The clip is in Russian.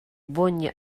бонне